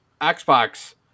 Xbox